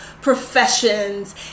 professions